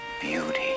beauty